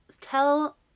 tell